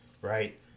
right